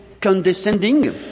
condescending